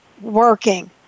working